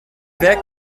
werk